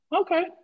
Okay